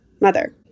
mother